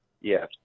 Yes